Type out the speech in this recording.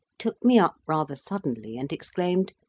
took me up rather suddenly and exclaimed,